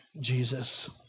Jesus